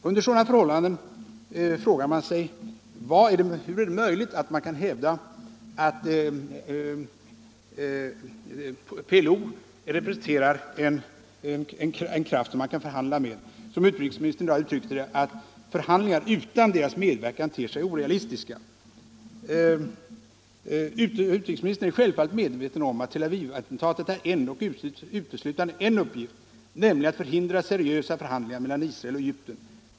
Under sådana förhållanden frågar man sig hur det är möjligt att hävda att PLO är något att förhandla med. Utrikesministern uttryckte tidigare i dag att förhandlingar utan PLO:s medverkan ter sig orealistiska. Utrikesministern är självfallet medveten om att attentatet i Tel Aviv uteslutande hade ett syfte, nämligen att förhindra seriösa förhandlingar mellan Israel och Egypten.